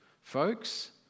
folks